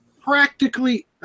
Practically